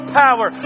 power